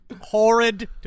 horrid